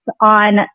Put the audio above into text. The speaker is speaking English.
on